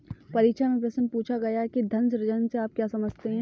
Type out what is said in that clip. परीक्षा में प्रश्न पूछा गया कि धन सृजन से आप क्या समझते हैं?